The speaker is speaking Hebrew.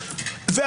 הצעת חוק החילוט,